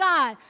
God